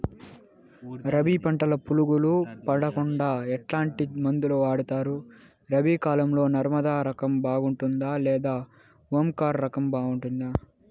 రబి పంటల పులుగులు పడకుండా ఎట్లాంటి మందులు వాడుతారు? రబీ కాలం లో నర్మదా రకం బాగుంటుందా లేదా ఓంకార్ రకం బాగుంటుందా?